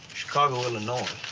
chicago, illinois.